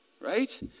Right